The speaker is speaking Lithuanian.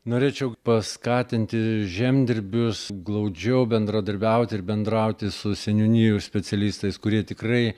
norėčiau paskatinti žemdirbius glaudžiau bendradarbiauti ir bendrauti su seniūnijų specialistais kurie tikrai